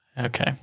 Okay